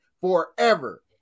forever